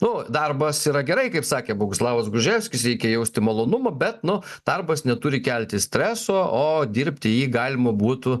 nu darbas yra gerai kaip sakė boguslavas gruževskis reikia jausti malonumą bet nu darbas neturi kelti streso o dirbti jį galima būtų